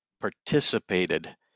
participated